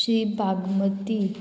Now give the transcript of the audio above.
Shri Bagmati